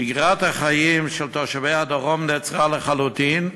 שגרת החיים של תושבי הדרום נעצרה לחלוטין,